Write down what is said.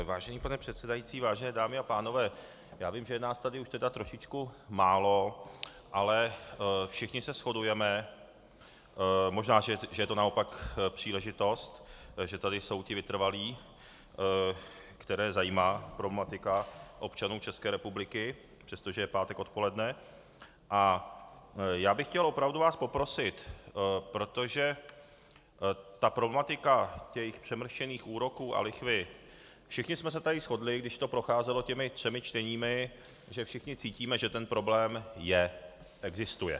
Vážený pane předsedající, vážené dámy a pánové, já vím, že je nás tady už trošičku málo, ale všichni se shodujeme možná, že je to naopak příležitost, že tady jsou ti vytrvalí, které zajímá problematika občanů České republiky, přestože je pátek odpoledne a já bych chtěl opravdu vás poprosit, protože ta problematika těch přemrštěných úroků a lichvy, všichni jsme se tady shodli, když to procházelo těmi třemi čteními, že všichni cítíme, že ten problém je, že existuje.